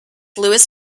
louis